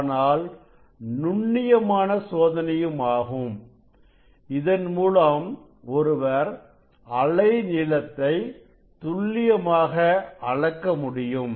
ஆனால் நுண்ணியமான சோதனையும் ஆகும் இதன் மூலம் ஒருவர் அலை நீளத்தை துள்ளியமாக அளக்க முடியும்